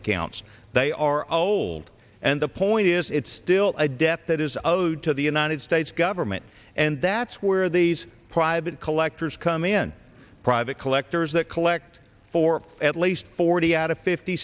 accounts they are old and the point is it's still a debt that is of you to the united states government and that's where these private collectors come in private collectors that collect for at least forty out of fifty